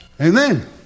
Amen